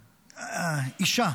אישה,